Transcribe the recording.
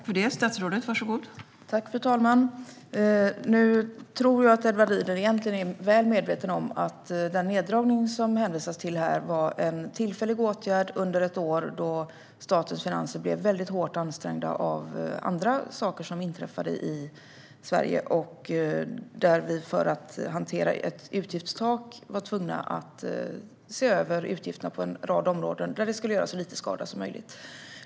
Fru ålderspresident! Jag tror att Edward Riedl egentligen är väl medveten om att den neddragning som det hänvisades till här var en tillfällig åtgärd under ett år då statens finanser var väldigt hårt ansträngda av annat som inträffade i Sverige. För att kunna hantera ett utgiftstak var vi tvungna att se över utgifterna på en rad områden där det skulle göra så liten skada som möjligt.